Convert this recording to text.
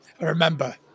Remember